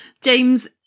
James